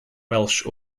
welsh